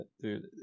Dude